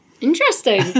Interesting